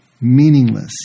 meaningless